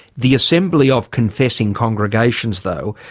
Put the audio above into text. the assembly of confessing congregations though,